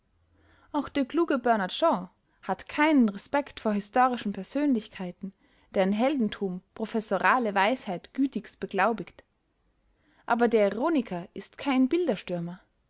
auch der kluge bernard shaw hat keinen respekt vor historischen persönlichkeiten deren heldentum professorale weisheit gütigst beglaubigt aber der ironiker ist kein bilderstürmer